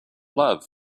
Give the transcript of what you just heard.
love